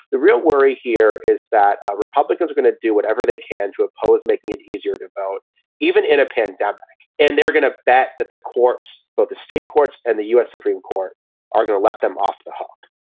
the real worry here is that republicans are going to do whatever they can to oppose making it easier to vote even independent. and they're going to bet that the courts, but the state courts and the u s. supreme court are going to let them off the hook.